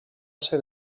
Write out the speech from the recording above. ser